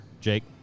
Jake